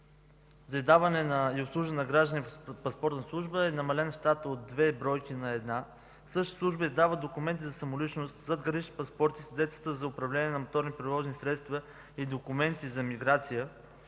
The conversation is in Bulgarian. за издаване и обслужване на граждани в „Паспортна служба” щатът е намален от две бройки на една. Същата служба издава документи за самоличност, задгранични паспорти, свидетелства за управление на моторни превозни средства и документи за миграция.